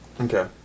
Okay